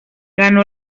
ganó